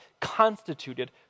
constituted